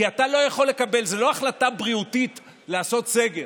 כי זה לא החלטה בריאותית לעשות סגר,